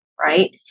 right